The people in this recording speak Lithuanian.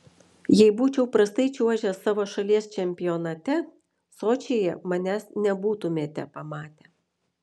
jei būčiau prastai čiuožęs savo šalies čempionate sočyje manęs nebūtumėte pamatę